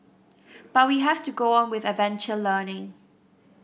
but we have to go on with adventure learning